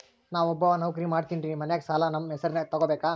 ನಾ ಒಬ್ಬವ ನೌಕ್ರಿ ಮಾಡತೆನ್ರಿ ಮನ್ಯಗ ಸಾಲಾ ನಮ್ ಹೆಸ್ರನ್ಯಾಗ ತೊಗೊಬೇಕ?